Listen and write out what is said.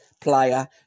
player